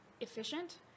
efficient